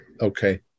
Okay